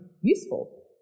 useful